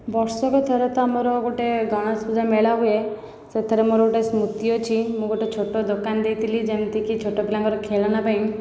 ବର୍ଷକ ଥରେ ତ ଆମର ଗୋଟିଏ ଗଣେଶ ପୂଜା ମେଳା ହୁଏ ସେଥିରେ ମୋର ଗୋଟିଏ ସ୍ମୃତି ଅଛି ମୁଁ ଗୋଟିଏ ଛୋଟ ଦୋକାନ ଦେଇଥିଲି ଯେମିତି କି ଛୋଟ ପିଲାଙ୍କର ଖେଳଣା ପାଇଁ